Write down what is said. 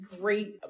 great